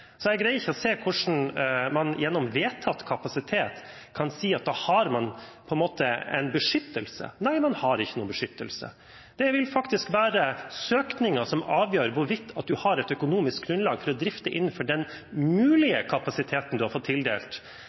Så jeg greier ikke å se hvordan man gjennom vedtatt kapasitet kan si at da har man på en måte en beskyttelse. Nei, man har ikke noen beskyttelse. Det vil faktisk være søkningen som avgjør hvorvidt man har et økonomisk grunnlag for å drifte innenfor den mulige kapasiteten man har fått tildelt